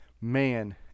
man